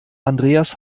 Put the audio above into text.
andreas